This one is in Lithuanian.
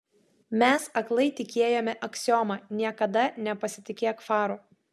mes aklai tikėjome aksioma niekada nepasitikėk faru